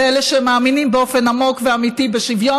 באלה שמאמינים באופן עמוק ואמיתי בשוויון